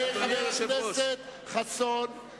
הוא הבעיה שלך, ראש הממשלה לא סופר אותך.